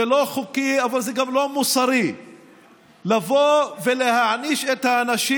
זה לא חוקי אבל זה גם לא מוסרי לבוא ולהעניש את האנשים